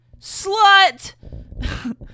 Slut